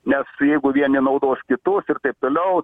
nes jeigu vieni naudos kitus ir taip toliau